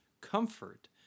comfort